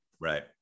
Right